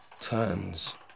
turns